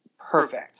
perfect